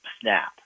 snap